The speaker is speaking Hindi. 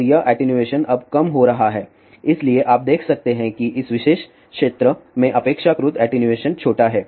और यह एटीन्यूएशन अब कम हो रहा है इसलिए आप देख सकते हैं कि इस विशेष क्षेत्र में अपेक्षाकृत एटीन्यूएशन छोटा है